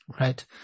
right